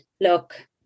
look